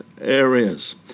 areas